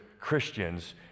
Christians